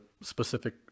specific